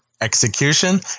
execution